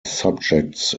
subjects